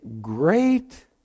great